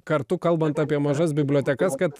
kartu kalbant apie mažas bibliotekas kad